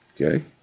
Okay